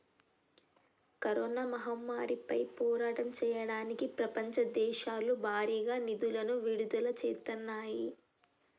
corona మహమ్మారిపై పోరాటం చెయ్యడానికి ప్రపంచ దేశాలు భారీగా నిధులను విడుదల చేత్తన్నాయి